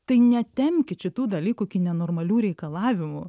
tai netempkit šitų dalykų iki nenormalių reikalavimų